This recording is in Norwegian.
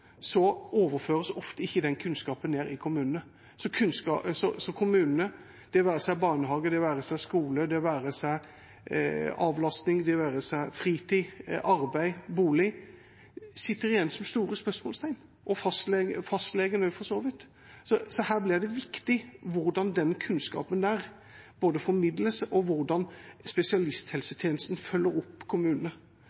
overføres ofte ikke den kunnskapen ned i kommunene. Så kommunene – det være seg barnehager, skoler, avlastning, fritid, arbeid, bolig – sitter ofte igjen som store spørsmålstegn. Det samme gjelder for så vidt også fastlegene. Her blir det viktig både hvordan denne kunnskapen formidles, og hvordan